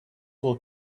will